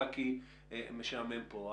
רק כי משעמם כאן.